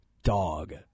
dog